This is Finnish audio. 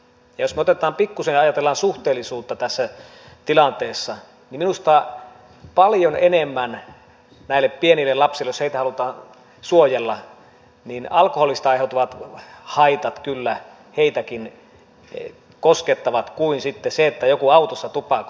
ja jos me pikkusen ajattelemme suhteellisuutta tässä tilanteessa niin minusta paljon enemmän näitä pieniä lapsiakin jos heitä halutaan suojella alkoholista aiheutuvat haitat kyllä koskettavat kuin sitten se että joku autossa tupakoi